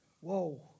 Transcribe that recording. Whoa